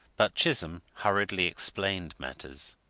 but chisholm hurriedly explained matters.